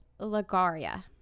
Lagaria